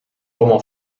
como